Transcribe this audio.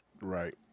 Right